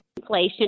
inflation